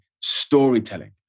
Storytelling